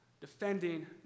defending